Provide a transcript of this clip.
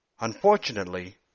Unfortunately